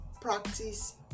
practice